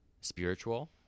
spiritual